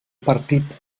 partit